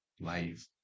life